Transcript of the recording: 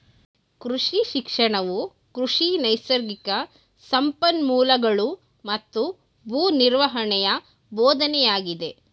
ಕೃಷಿ ಶಿಕ್ಷಣವು ಕೃಷಿ ನೈಸರ್ಗಿಕ ಸಂಪನ್ಮೂಲಗಳೂ ಮತ್ತು ಭೂ ನಿರ್ವಹಣೆಯ ಬೋಧನೆಯಾಗಿದೆ